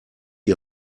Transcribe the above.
die